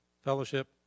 fellowship